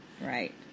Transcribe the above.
Right